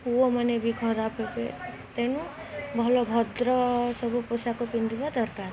ପୁଅମାନେ ବି ଖରାପ ହେବେ ତେଣୁ ଭଲ ଭଦ୍ର ସବୁ ପୋଷାକ ପିନ୍ଧିବା ଦରକାର